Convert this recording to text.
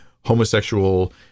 homosexual